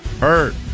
hurt